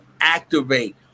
activate